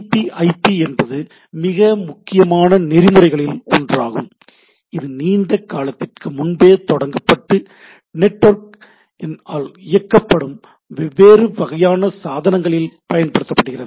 B ஐபி என்பது மிக முக்கியமான நெறிமுறைகளில் ஒன்றாகும் இது நீண்ட காலத்திற்கு முன்பே தொடங்கப்பட்டு நெட்வொர்க் இன் ஆல் இயக்கப்படும் வெவ்வேறு வகையான சாதனங்களில் பயன்படுத்தப்படுகிறது